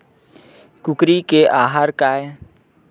कुकरी के आहार काय?